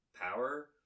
power